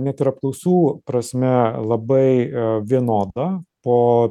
net ir apklausų prasme labai vienoda po